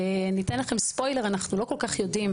אני אתן לכם ספוילר, אנחנו לא כל כך יודעים.